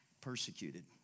persecuted